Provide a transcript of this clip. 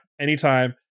anytime